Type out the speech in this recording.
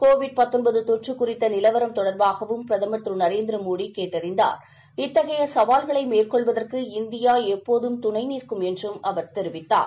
Covid தொற்று குறித்த நிலவரம் தொடர்பாகவும் பிரதமர் திரு நரேந்திர மோடி கேட்டறிந்தார் இத்தகைய சவால்களை மேற்கொள்ளுவதற்கு இந்தியா எப்போதும் துணைநிற்கும் என்றார்